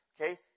Okay